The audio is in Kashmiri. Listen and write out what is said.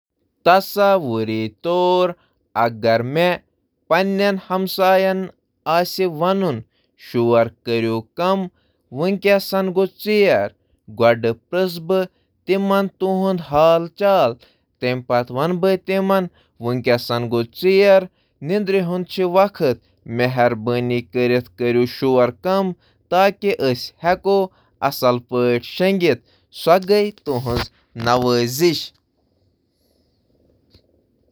تصور کٔرِو زِ رٲژ دوران کٔرِو میٲنِس ہمسایہِ ہُنٛد شور، مےٚ چھُ تِمَن پنٕنۍ آواز کم کرنہٕ خٲطرٕ ونُن۔ اَمہِ برٛونٛہہ زِ بہٕ پرژھُس تِمن تِہنٛدِ حال چالہِ۔ پتہٕ وَنَن بہٕ تِمَن واریاہ ژیٖر، وۄنۍ چھُ شۄنٛگنُک وق۔